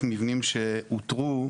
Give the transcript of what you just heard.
מבנים שאותרו.